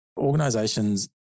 organizations